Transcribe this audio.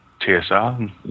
TSR